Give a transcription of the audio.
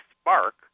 spark